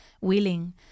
willing